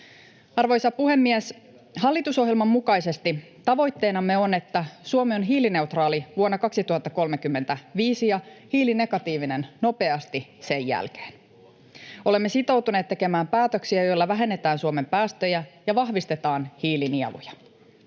Arvoisa puhemies! Hallitusohjelman mukaisesti tavoitteenamme on, että Suomi on hiilineutraali vuonna 2035 ja hiilinegatiivinen nopeasti sen jälkeen. Olemme sitoutuneet tekemään päätöksiä, joilla vähennetään Suomen päästöjä ja vahvistetaan hiilinieluja.